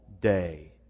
day